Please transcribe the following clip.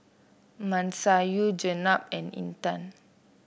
Masayu Jenab and Intan